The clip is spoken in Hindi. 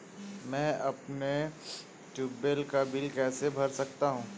मैं अपने ट्यूबवेल का बिल कैसे भर सकता हूँ?